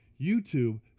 YouTube